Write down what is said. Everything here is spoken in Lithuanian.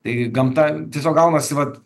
tai gamta tiesiog gaunasi vat